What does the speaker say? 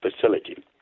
facility